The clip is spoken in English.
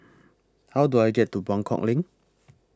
How Do I get to Buangkok LINK